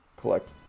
Collect